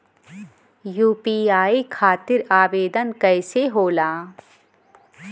UPI खातिर आवेदन कैसे होला?